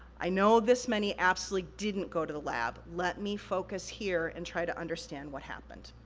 i know this many absolutely didn't go to the lab, let me focus here and try to understand what happened.